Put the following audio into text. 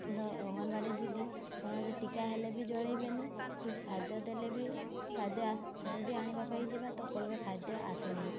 ତ ଅଙ୍ଗନବାଡ଼ି ଦିଦି କୌଣସି ଟୀକା ହେଲେ ବି ଜଣେଇବେନି କି ଖାଦ୍ୟ ଦେଲେ ବି ଖାଦ୍ୟ ଯଦି ଆଣିବା ପାଇଁ ଯିବା ତ କହିବେ ଖାଦ୍ୟ ଆସି ନାହିଁ